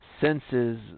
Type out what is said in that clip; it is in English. senses